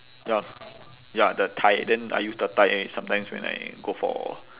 ya ya the tie then I use the tie sometimes when I go for